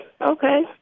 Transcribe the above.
okay